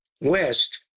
west